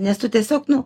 nes tu tiesiog nu